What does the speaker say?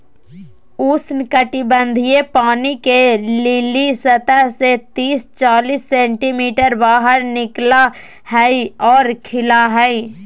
उष्णकटिबंधीय पानी के लिली सतह से तिस चालीस सेंटीमीटर बाहर निकला हइ और खिला हइ